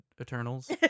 Eternals